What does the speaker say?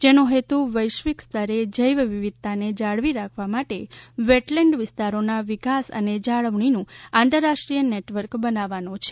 જેનો હેતુ વૈશ્વિક સ્તરે જૈવવિવિધતાને જાળવી રાખવા માટે વેટલેન્ડ વિસ્તારોના વિકાસ અને જાળવણીનું આંતરરાષ્ટ્રીય નેટવર્ક બનાવવાનો છે